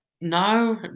No